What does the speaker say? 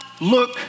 look